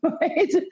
right